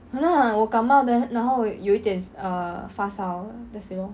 !hanna! 我感冒 then 然后有一点 err 发烧 that's it lor